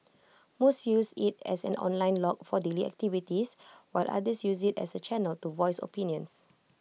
most use IT as an online log for daily activities while others use IT as A channel to voice opinions